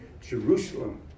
Jerusalem